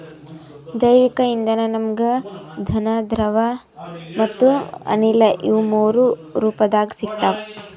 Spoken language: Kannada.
ಜೈವಿಕ್ ಇಂಧನ ನಮ್ಗ್ ಘನ ದ್ರವ ಮತ್ತ್ ಅನಿಲ ಇವ್ ಮೂರೂ ರೂಪದಾಗ್ ಸಿಗ್ತದ್